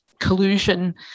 collusion